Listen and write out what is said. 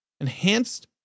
Enhanced